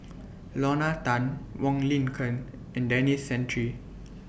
Lorna Tan Wong Lin Ken and Denis Santry